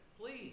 please